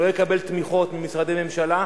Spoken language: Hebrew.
שלא יקבל תמיכות ממשרדי ממשלה,